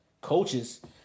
coaches